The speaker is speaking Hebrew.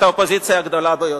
ראש סיעת האופוזיציה הגדולה ביותר.